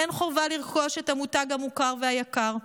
אין חובה לרכוש את המותג המוכר והיקר.